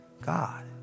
God